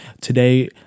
Today